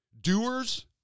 Doers